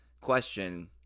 question